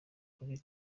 kuri